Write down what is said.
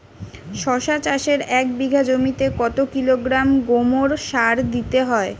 শশা চাষে এক বিঘে জমিতে কত কিলোগ্রাম গোমোর সার দিতে হয়?